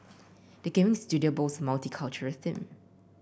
the gaming studio boasts multicultural team